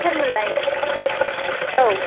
सोरमोनलाय औ